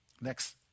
next